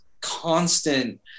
constant